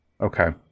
Okay